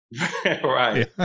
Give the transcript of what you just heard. Right